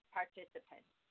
participants